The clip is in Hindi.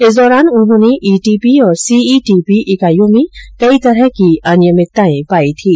इस दौरान उन्होंने ईटीपी और सीईटीपी इकाईयों में कई तरह की अनियमितताएं पाई थीं